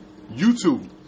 YouTube